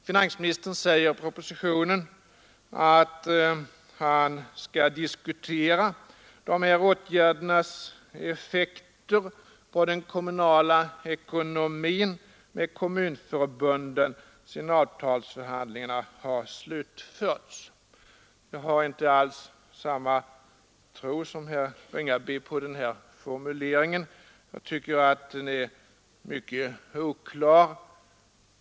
Finansministern säger i propositionen, att när avtalsförhandlingarna är slutförda skall han med kommunförbunden diskutera dessa åtgärders effekt på den kommunala ekonomin. Jag har inte alls samma tilltro till den formuleringen som herr Ringaby. Jag tycker att den är mycket oklar.